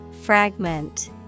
fragment